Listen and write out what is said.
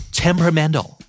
temperamental